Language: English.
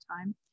time